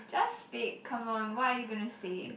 just speak come on what are you gonna say